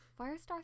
Firestar